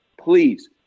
Please